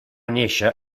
néixer